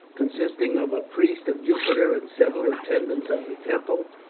consisting of a priest of jupiter and several attendants of the temple,